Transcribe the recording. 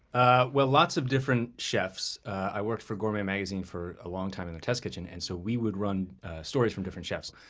ah lots of different chefs. i worked for gourmet magazine for a long time in the test kitchen. and so we would run stories from different chefs.